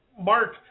Mark